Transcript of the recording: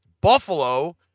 Buffalo